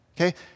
Okay